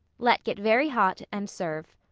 let get very hot and serve.